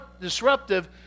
disruptive